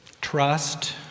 Trust